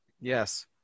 Yes